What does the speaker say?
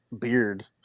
beard